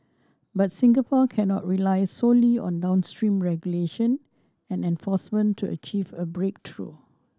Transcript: but Singapore cannot rely solely on downstream regulation and enforcement to achieve a breakthrough